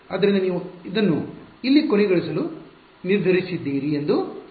ಆದ್ದರಿಂದ ನೀವು ಅದನ್ನು ಇಲ್ಲಿ ಕೊನೆಗೊಳಿಸಲು ನಿರ್ಧರಿಸಿದ್ದೀರಿ ಎಂದು ಹೇಳೋಣ